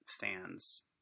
fans